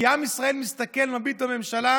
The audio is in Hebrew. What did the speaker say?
כי עם ישראל מסתכל, מביט בממשלה